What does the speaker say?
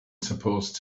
supposed